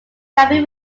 grammy